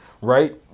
right